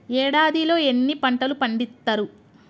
ఏడాదిలో ఎన్ని పంటలు పండిత్తరు?